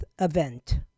event